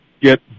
get